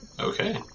Okay